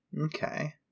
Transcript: Okay